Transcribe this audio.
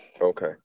Okay